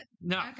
No